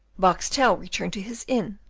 boxtel returned to his inn,